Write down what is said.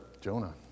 Jonah